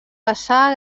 passà